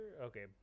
Okay